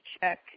check